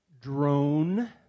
Drone